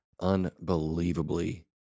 unbelievably